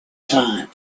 time